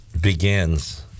begins